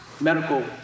medical